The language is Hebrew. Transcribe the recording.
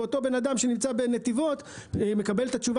ואותו אדם שנמצא בנתיבות מקבל את התשובה